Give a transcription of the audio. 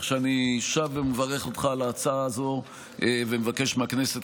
אני שב ומברך אותך על ההצעה הזאת ומבקש מהכנסת,